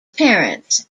parents